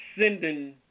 sending